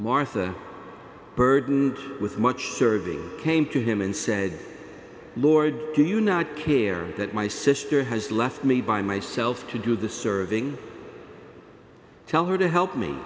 martha burdened with much service came to him and said lord do you not care that my sister has left me by myself to do the serving tell her to help me